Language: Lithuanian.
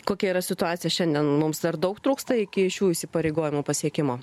kokia yra situacija šiandien mums dar daug trūksta iki šių įsipareigojimų pasiekimo